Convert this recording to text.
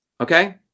okay